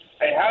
hey